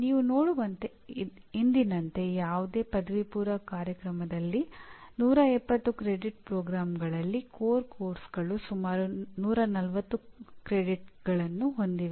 ನೀವು ನೋಡುವಂತೆ ಇಂದಿನಂತೆ ಯಾವುದೇ ಪದವಿಪೂರ್ವ ಕಾರ್ಯಕ್ರಮದಲ್ಲಿ 170 ಕ್ರೆಡಿಟ್ ಕಾರ್ಯಕ್ರಮಗಳಲ್ಲಿ ಮೂಲ ಪಠ್ಯಕ್ರಮಗಳು ಸುಮಾರು 140 ಕ್ರೆಡಿಟ್ಗಳನ್ನು ಹೊಂದಿವೆ